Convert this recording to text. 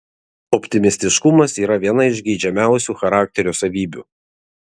optimistiškumas yra viena iš geidžiamiausių charakterio savybių